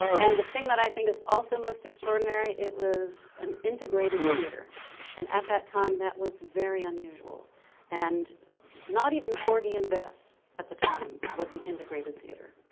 and the thing that i think is also most extraordinary it was an integrated theatre and at that time that was very unusual and not even porgy and bess at the time was an integrated theatre.